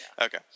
Okay